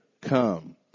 come